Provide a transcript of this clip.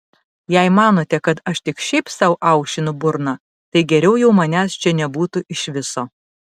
jei manote kad aš tik šiaip sau aušinu burną tai geriau jau manęs čia nebūtų iš viso